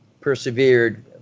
persevered